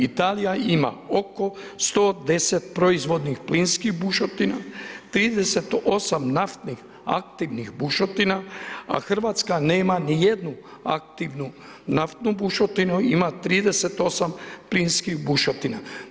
Italija ima oko 110 proizvodnih plinskih bušotina, 38 naftnih aktivnih bušotina, a Hrvatska nema ni jednu aktivnu naftnu bušotinu, ima 38 plinskih bušotina.